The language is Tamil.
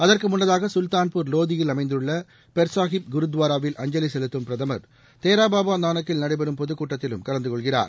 அதற்கு முன்னதாக சுல்தான்பூர் வோதியில் அமைந்துள்ள பெர் சாஹிப் குருத்துவாராவில் அஞ்சலி செலுத்தும் பிரதமா தேரா பாபா நானக்கில் நடைபெறும் பொதுக் கூட்டத்திலும் கலந்து கொள்கிறார்